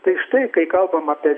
tai štai kai kalbam apie